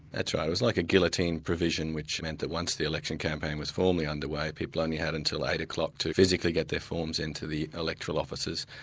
that's right. it's like a guillotine provision, which meant that once the election campaign was formally under way, people only had until eight o'clock to physically get their forms in to the electoral offices,